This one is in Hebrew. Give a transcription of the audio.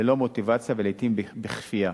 ללא מוטיבציה ולעתים בכפייה.